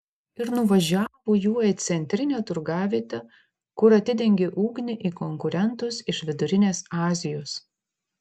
ir nuvažiavo juo į centrinę turgavietę kur atidengė ugnį į konkurentus iš vidurinės azijos